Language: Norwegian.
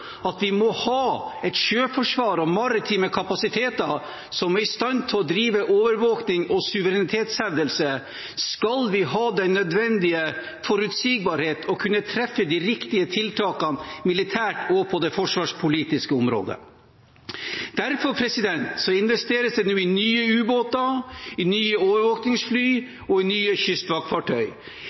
at vi må ha et sjøforsvar og maritime kapasiteter som er i stand til å drive overvåkning og suverenitetshevdelse, skal vi ha den nødvendige forutsigbarhet og kunne treffe de riktige tiltakene militært og på det forsvarspolitiske området. Derfor investeres det nå i nye ubåter, i nye overvåkningsfly og i nye kystvaktfartøy.